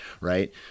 right